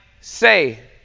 say